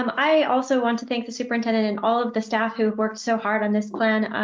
um i also want to thank the superintendent and all of the staff who've worked so hard on this plan.